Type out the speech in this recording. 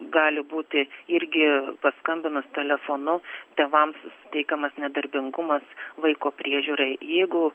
gali būti irgi paskambinus telefonu tėvams suteikiamas nedarbingumas vaiko priežiūrai jeigu